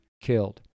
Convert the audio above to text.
killed